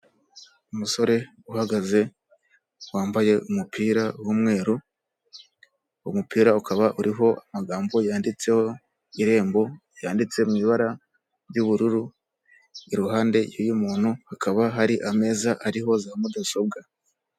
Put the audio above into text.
Umusore uhagaze wambaye umupira w'umweru, uwo mupira ukaba uriho amagambo yanditseho irembo, yanditse mu ibara ry'ubururu, iruhande y'uyu umuntu hakaba hari ameza ariho za mudasobwa.